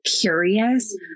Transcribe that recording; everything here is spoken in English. curious